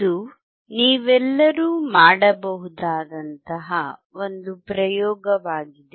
ಇದು ನೀವೆಲ್ಲರೂ ಮಾಡಬಹುದಾದಂತಹ ಒಂದು ಪ್ರಯೋಗವಾಗಿದೆ